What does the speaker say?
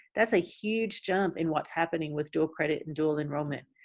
that's a huge jump in what's happening with dual credit and dual enrollment.